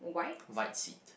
white seat